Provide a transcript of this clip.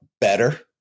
better